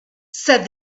said